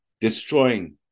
destroying